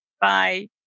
Bye